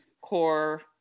core